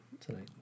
tonight